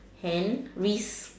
hand wrist